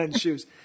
shoes